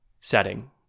setting